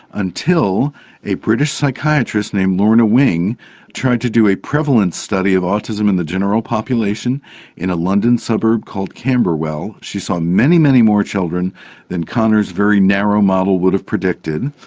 until a british psychiatrist named lorna wing tried to do a prevalence study of autism in the general population in a london suburb called camberwell. she saw many, many more children than kanner's very narrow model would have predicted.